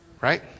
Right